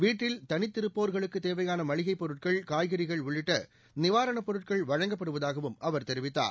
வீட்டில் தனித்திருப்போர்களுக்கு தேவையான மளிகைப் பொருட்கள் காய்கறிகள் உள்ளிட்ட நிவாரணப் பொருட்கள் வழங்கப்படுவதாகவும் அவர் தெரிவித்தார்